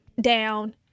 down